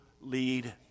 lead